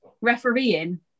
refereeing